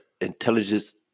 intelligence